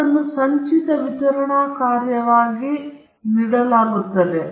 ಆದ್ದರಿಂದ ಸಂಚಿತ ವಿತರಣಾ ಕಾರ್ಯವು ಸಂಭವನೀಯತೆಗಳ ಮೊತ್ತವನ್ನು ಉಲ್ಲೇಖಿಸುತ್ತದೆ